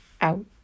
out